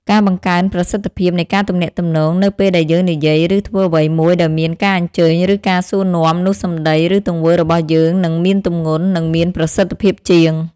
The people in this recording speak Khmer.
ការបង្កើនប្រសិទ្ធភាពនៃការទំនាក់ទំនងនៅពេលដែលយើងនិយាយ ឬធ្វើអ្វីមួយដោយមានការអញ្ជើញ ឬការសួរនាំ នោះសម្ដី ឬទង្វើរបស់យើងនឹងមានទម្ងន់ និងមានប្រសិទ្ធភាពជាង។